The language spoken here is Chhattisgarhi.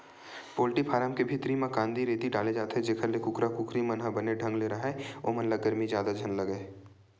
पोल्टी फारम के भीतरी म कांदी, रेती डाले जाथे जेखर ले कुकरा कुकरी मन ह बने ढंग ले राहय ओमन ल गरमी जादा झन लगय